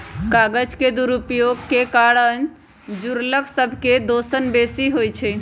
कागज के दुरुपयोग के कारण जङगल सभ के दोहन बेशी होइ छइ